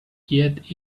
yet